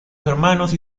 hermanos